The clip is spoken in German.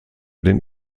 den